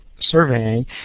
surveying